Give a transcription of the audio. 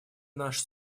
наш